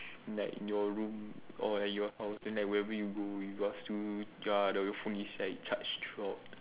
like your room or at your house then like whenever you go you ya like your phone is like charged throughout